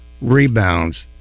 rebounds